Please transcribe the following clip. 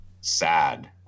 sad